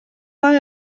ddau